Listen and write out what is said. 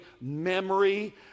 memory